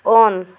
on